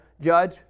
judge